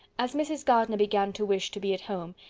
as mrs. gardiner began to wish to be at home,